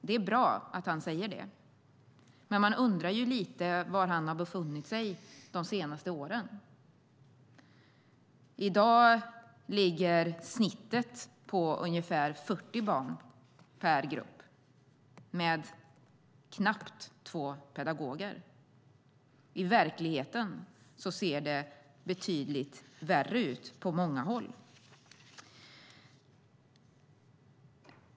Det är bra att han säger det, men man undrar lite grann var han befunnit sig de senaste åren. I dag ligger snittet på ungefär 40 barn per grupp och knappt två pedagoger. I verkligheten ser det betydligt värre ut på många håll.